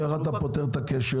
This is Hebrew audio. ואיך אתה פותר את הקשר?